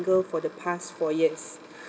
for the past four years